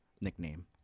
Nickname